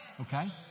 okay